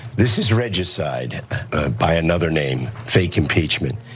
this is regicide by another name, fake impeachment.